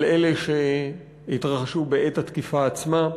על אלה שהתרחשו בתקיפה עצמה,